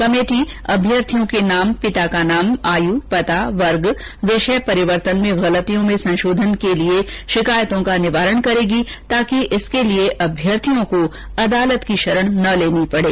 committee अभ्यर्थियों के नाम पिता का नाम आयु पता वर्ग विषय परिवर्तन में गलतियों में संशोधन के लिए शिकायतों का निवारण करेगी ताकि इसके लिए अभ्यर्थियों को अदालत की शरण नहीं लेनी पड़े